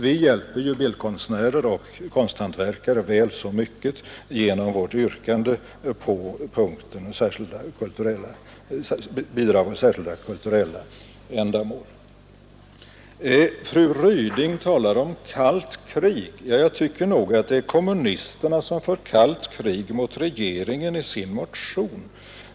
Vi hjälper ju bildkonstnärer och konsthantverkare väl så mycket genom vårt yrkande under punkten om Bidrag till särskilda kulturella ändamål Fru Ryding talar om kallt krig. Jag tycker att det är kommunisterna som i sin motion för ett kallt krig mot regeringen.